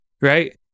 right